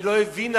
לא הבינה